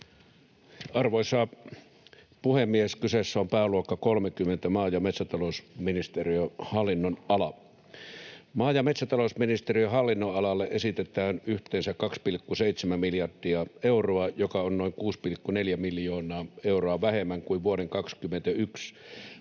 Arvoisa puhemies! Kyseessä on pääluokka 30, maa‑ ja metsätalousministeriön hallinnonala. Maa‑ ja metsätalousministeriön hallinnonalalle esitetään yhteensä 2,7 miljardia euroa, joka on noin 6,4 miljoonaa euroa vähemmän kuin vuoden 21